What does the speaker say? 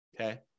Okay